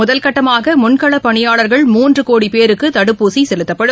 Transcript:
முதற்கட்டமாக முன்களப்பணியாளர்கள் மூன்று கோடி பேருக்கு தடுப்பூசி செலுத்தப்படும்